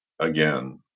again